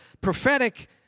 prophetic